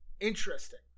interesting